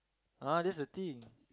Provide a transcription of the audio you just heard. ah that's the thing